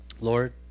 Lord